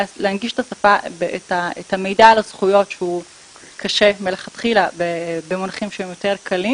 להנגיש את המידע על הזכויות שהוא קשה מלכתחילה במונחים שהם יותר קלים.